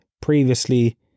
previously